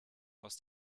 aus